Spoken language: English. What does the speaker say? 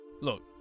Look